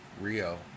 Rio